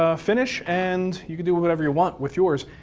ah finish, and you can do whatever you want with yours.